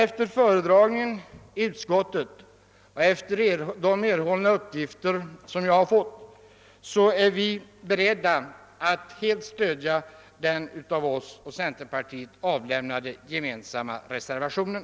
Efter föredragningen i utskottet och med hänsyn till de uppgifter vi har erhållit är vi beredda att helt stödja den av oss och centerpartiet gemensamt avlämnade reservationen.